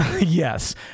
Yes